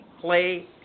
play